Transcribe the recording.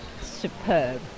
superb